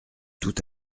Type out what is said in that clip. tout